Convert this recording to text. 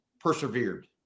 persevered